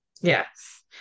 yes